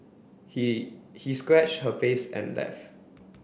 he he scratch her face and left